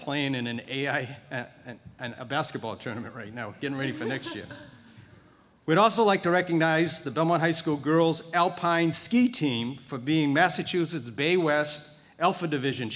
playing in an ai and a basketball tournament right now getting ready for next year we'd also like to recognize the belmont high school girls alpine ski team for being massachusetts bay west alpha division